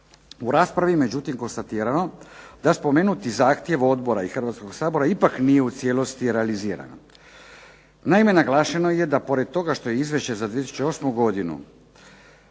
U raspravi je međutim, konstatirano da spomenuti zahtjev Odbora i Hrvatskoga sabora ipak nije u cijelosti realizirano. Naime, naglašeno je da što je pored toga izvješće za 2008. godinu